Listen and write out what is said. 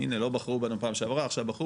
הנה לא בחרו בנו פעם שעברה ועכשיו בחרו